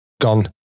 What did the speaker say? gone